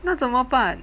那怎么办